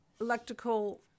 electrical